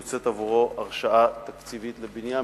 יוצאת עבורו הרשאה תקציבית לבנייה.